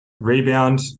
Rebound